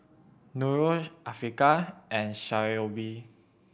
Nura Afiqah and Shoaib